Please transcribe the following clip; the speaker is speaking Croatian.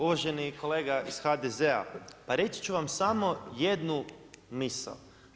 Uvaženi kolega iz HDZ-a, pa reći ću vam samo jednu misao.